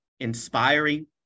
inspiring